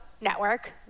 network